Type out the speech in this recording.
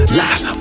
life